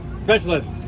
Specialist